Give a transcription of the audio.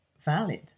valid